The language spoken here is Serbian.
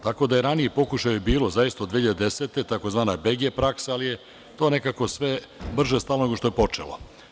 Tako da je ranijih pokušaja bilo zaista od 2010. godine tzv. BG praksa, ali je to nekako sve brže stalo nego što je počelo.